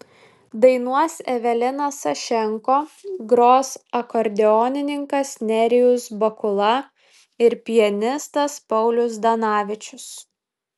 dainuos evelina sašenko gros akordeonininkas nerijus bakula ir pianistas paulius zdanavičius